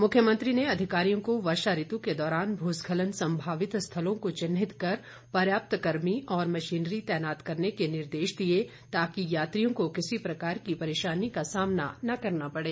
मुख्यमंत्री ने अधिकारियों को वर्षा ऋत के दौरान भूस्खलन संभावित स्थलों को चिन्हित कर पर्याप्त कर्मी और मशीनरी तैनात करने के निर्देश दिए ताकि यात्रियों को किसी प्रकार की परेशानी का सामना न करना पड़े